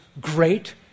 great